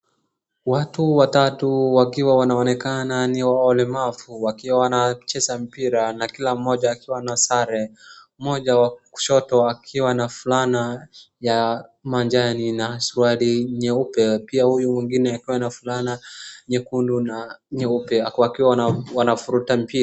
Watu watatu wakiwa wanaonekana ni walemavu wakiwa wanacheza mpira na kila mmoja akiwa na sare. Mmoja wa kushoto akiwa na fulana ya majani na suruali nyeupe pia huyu mwingine akiwa na fulana nyekundu na nyeupe wakiwa wanavuruta mpira.